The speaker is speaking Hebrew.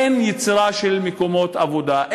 אין יצירה של מקומות עבודה,